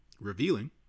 Revealing